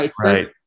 right